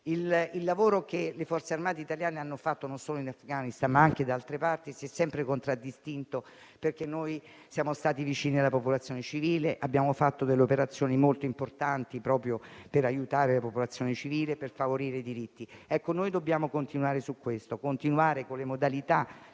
Il lavoro che le Forze armate italiane hanno fatto, non solo in Afghanistan ma anche da altre parti, si è sempre contraddistinto perché noi siamo stati vicini alla popolazione civile, abbiamo fatto delle operazioni molto importanti proprio per aiutare la popolazione civile e per favorire i diritti. Ecco penso che questa debba essere la nostra